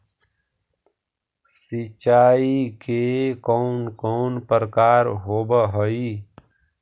सिंचाई के कौन कौन प्रकार होव हइ?